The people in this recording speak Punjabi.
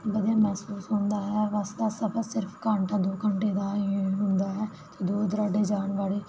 ਵਧੀਆ ਮਹਿਸੂਸ ਹੁੰਦਾ ਹੈ ਬੱਸ ਦਾ ਸਫ਼ਰ ਸਿਰਫ਼ ਘੰਟੇ ਦੋ ਘੰਦੇ ਦਾ ਹੀ ਹੁੰਦਾ ਹੈ ਅਤੇ ਦੂਰ ਦੁਰਾਡੇ ਜਾਣ ਵਾਲੇ